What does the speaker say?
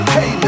Hey